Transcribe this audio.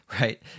right